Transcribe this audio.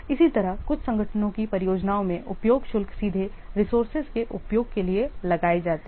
इसी तरह कुछ संगठनों की परियोजनाओं में उपयोग शुल्क सीधे रिसोर्सेज के उपयोग के लिए लगाए जाते हैं